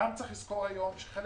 צרך לזכור שחלק